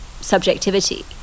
subjectivity